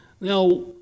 Now